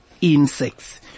insects